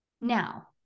Now